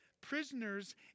prisoners